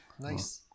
Nice